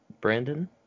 brandon